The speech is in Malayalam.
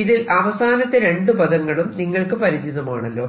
ഇതിൽ അവസാനത്തെ രണ്ടു പദങ്ങളും നിങ്ങൾക്ക് പരിചിതമാണല്ലോ